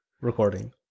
recording